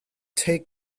take